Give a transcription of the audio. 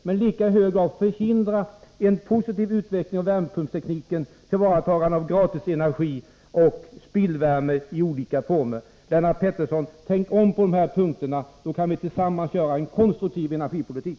Men i lika hög grad förhindrar det en positiv utveckling av värmepumpstekniken, tillvaratagande av gratisenergi och spillvärme i olika former. Tänk om på dessa punkter, Lennart Pettersson! Då kan vi tillsammans åstadkomma en konstruktiv energipolitik.